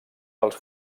dels